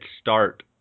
start